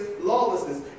lawlessness